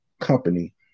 Company